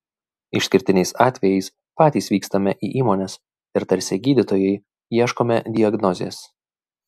išskirtiniais atvejais patys vykstame į įmones ir tarsi gydytojai ieškome diagnozės